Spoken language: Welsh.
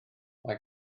mae